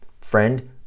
friend